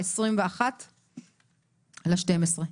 ב-21 בדצמבר.